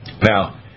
Now